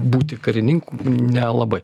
būti karininku nelabai